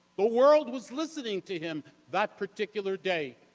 the world was listening to him that particular day.